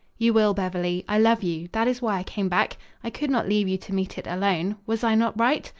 you will, beverly. i love you. that is why i came back. i could not leave you to meet it alone. was i not right?